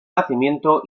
nacimiento